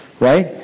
Right